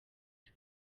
twe